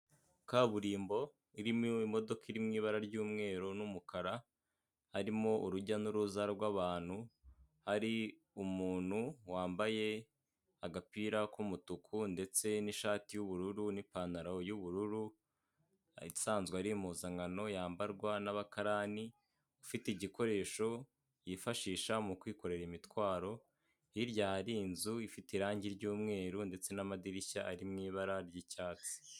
Kaburimbo irimo imodoka iri mu ibara ry'umweru n'umukara, harimo urujya n'uruza rw'abantu, hari umuntu wambaye agapira k'umutuku ndetse n'ishati y'ubururu n'ipantaro y'ubururu isanzwe ari impuzankano yambarwa n'abakarani, ufite igikoresho yifashisha mu kwikorera imitwaro, hirya hari inzu ifite irangi ry'umweru ndetse n'amadirishya ari mu ibara ry'icyatsi.